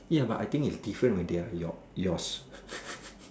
ya but I think it's different when they are your your s~